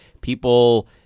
people